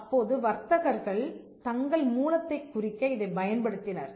அப்போது வர்த்தகர்கள் தங்கள் மூலத்தைக் குறிக்க இதைப் பயன்படுத்தினர்